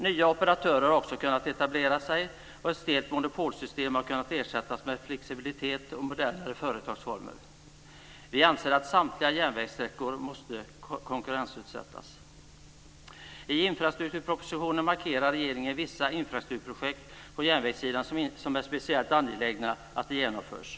Nya operatörer har också kunnat etablera sig, och ett stelt monopolsystem har kunnat ersättas med flexibilitet och modernare företagsformer. Vi anser att samtliga järnvägssträckor måste konkurrensutsättas. I infrastrukturpropositionen markerar regeringen vissa infrastrukturprojekt på järnvägssidan som är speciellt angelägna att genomföra.